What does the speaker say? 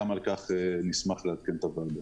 גם על כך נשמח לעדכן את הוועדה.